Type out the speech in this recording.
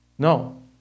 No